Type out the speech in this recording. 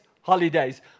holidays